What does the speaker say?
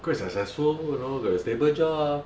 quite successful you know got a stable job